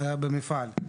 במפעל.